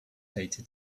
data